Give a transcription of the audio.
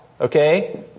okay